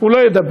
הוא לא ידבר.